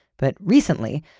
but recently,